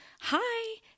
Hi